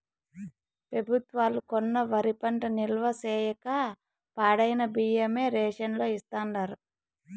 పెబుత్వాలు కొన్న వరి పంట నిల్వ చేయక పాడైన బియ్యమే రేషన్ లో ఇస్తాండారు